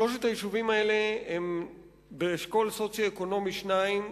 שלושת היישובים האלה הם באשכול סוציו-אקונומי 2,